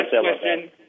question